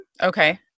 Okay